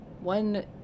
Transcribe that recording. one